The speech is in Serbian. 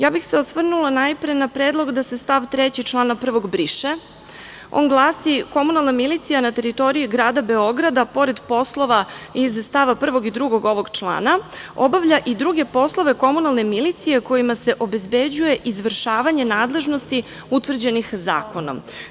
Ja bih se osvrnula najpre na predlog da se stav 3. člana 1. briše, a on glasi – Komunalna milicija na teritoriji Grada Beograda, pored poslova iz stava 1. i 2. ovog člana, obavlja i druge poslove komunalne milicije, kojima se obezbeđuje izvršavanje nadležnosti utvrđenih zakonom.